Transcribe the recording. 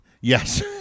Yes